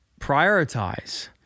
prioritize